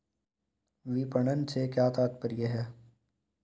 विपणन से क्या तात्पर्य है?